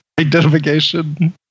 identification